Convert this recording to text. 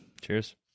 Cheers